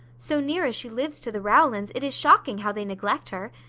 so near as she lives to the rowlands, it is shocking how they neglect her.